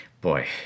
Boy